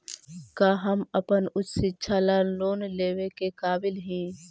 का हम अपन उच्च शिक्षा ला लोन लेवे के काबिल ही?